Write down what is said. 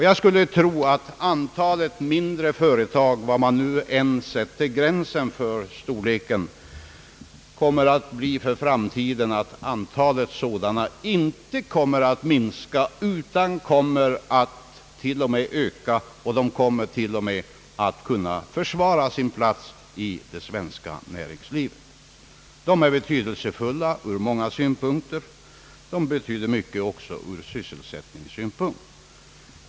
Jag skulle tro att antalet mindre företag — var man än sätter gränsen för storleken — för framtiden inte kommer att minska utan kommer att försvara sin plats i det svenska näringslivet, ja t.o.m. kommer att öka i antal. De är betydelsefulla ur många synpunkter. De betyder mycket också ur sysselsättningssynpunkt.